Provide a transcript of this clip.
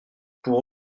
pour